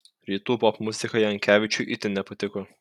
rytų popmuzika jankevičiui itin nepatiko